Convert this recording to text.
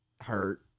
Hurt